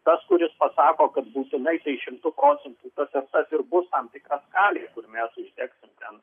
tas kuris pasako kad būtinai tai šimtu procentų tas ir tas ir bus tam tikra skalė kur mes uždegsim ten